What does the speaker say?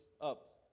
up